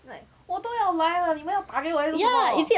like 我都要来了你们要打给我来做什么